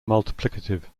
multiplicative